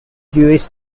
jewish